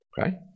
Okay